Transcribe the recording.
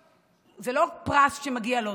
זה לא פרס שמגיע לו,